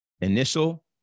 initial